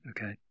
okay